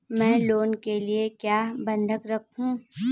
मैं लोन के लिए क्या बंधक रखूं?